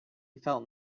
felt